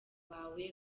bawe